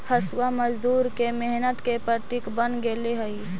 हँसुआ मजदूर के मेहनत के प्रतीक बन गेले हई